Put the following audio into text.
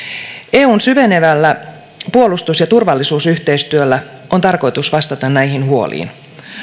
eun syvenevällä puolustus ja turvallisuusyhteistyöllä on tarkoitus vastata näihin huoliin